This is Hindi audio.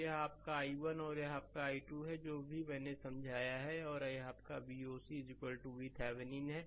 तो यह आपका i1 है और यह आपका i2 है जो भी मैंने समझाया है और यह आपकाVoc VThevenin है